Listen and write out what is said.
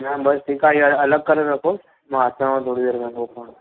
हा बसि ठीकु आहे इहे अलॻि करे रखोसि मां अचांव थो थोरी देरि में पोइ खणणु